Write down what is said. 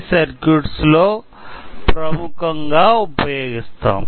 C circuits లో ప్రముఖం గా ఉపయోగిస్తాం